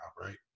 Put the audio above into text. right